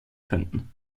könnten